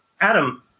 Adam